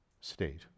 state